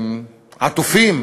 שעטופים